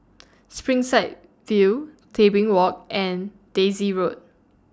Springside View Tebing Walk and Daisy Road